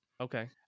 Okay